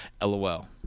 lol